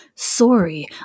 Sorry